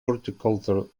horticultural